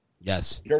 Yes